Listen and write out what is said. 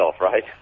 right